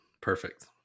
perfect